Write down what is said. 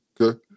Okay